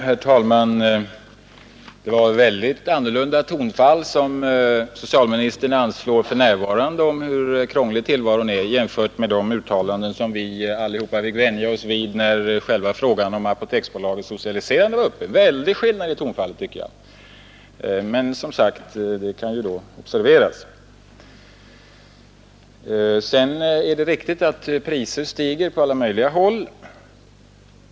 Herr talman! Det är mycket annorlunda tonfall som socialministern anslår nu om hur krånglig tillvaron är jämfört med de uttalanden som vi allihopa fick vänja oss vid när själva frågan om Apoteksbolagets socialiserande var uppe. Denna skillnad i tonfallet kan ju vara värd att observera, tycker jag. Sedan är det riktigt att priserna stiger på alla möjliga varor.